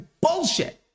bullshit